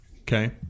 okay